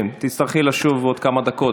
כן, תצטרכי לשוב עוד כמה דקות.